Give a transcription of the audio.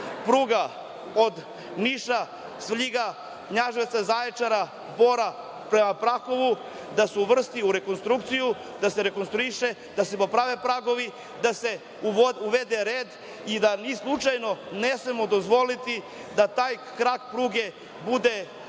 pruga od Niša, Svrljiga, Knjaževca, Zaječara, Bora prema Prahovu, da se uvrsti u rekonstrukciju, da se rekonstruiše, da se poprave pragovi, da se uvede red i da mi slučajno ne smemo dozvoliti da taj krak pruge bude obustavljen